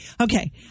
Okay